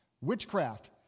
Witchcraft